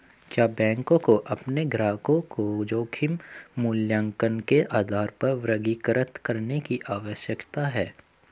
क्या बैंकों को अपने ग्राहकों को जोखिम मूल्यांकन के आधार पर वर्गीकृत करने की आवश्यकता है?